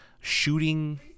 shooting